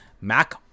mac